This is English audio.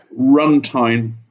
runtime